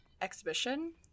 exhibition